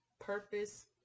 purpose